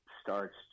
starts